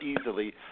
easily